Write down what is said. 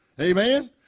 Amen